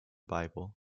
bible